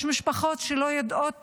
יש משפחות שלא יודעות